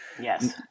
Yes